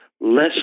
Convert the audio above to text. less